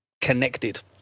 connected